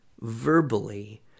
verbally